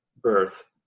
birth